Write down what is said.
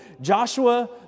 Joshua